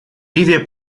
ливия